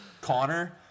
Connor